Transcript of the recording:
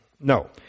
No